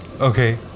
Okay